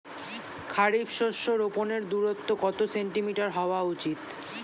খারিফ শস্য রোপনের দূরত্ব কত সেন্টিমিটার হওয়া উচিৎ?